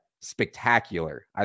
spectacular